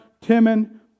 Timon